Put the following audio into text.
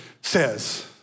says